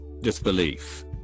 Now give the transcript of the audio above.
disbelief